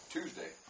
Tuesday